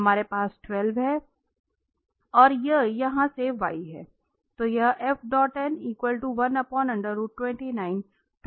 तो हमारे पास 12 है और यह यहां से y है